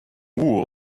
wool